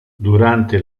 durante